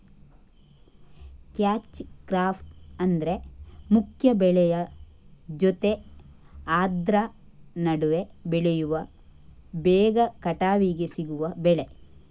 catch crop ಅಂದ್ರೆ ಮುಖ್ಯ ಬೆಳೆಯ ಜೊತೆ ಆದ್ರ ನಡುವೆ ಬೆಳೆಯುವ ಬೇಗ ಕಟಾವಿಗೆ ಸಿಗುವ ಬೆಳೆ